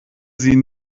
sie